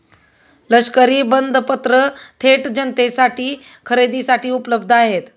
लष्करी बंधपत्र थेट जनतेसाठी खरेदीसाठी उपलब्ध आहेत